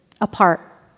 apart